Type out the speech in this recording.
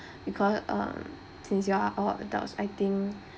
because um since you are all adults I think